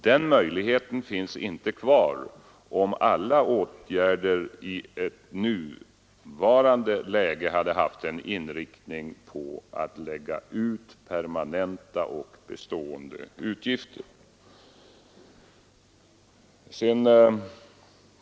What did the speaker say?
Den möjligheten finns inte kvar om alla åtgärder i det nuvarande läget hade varit inriktade på att lägga ut permanenta och bestående utgiftsökningar.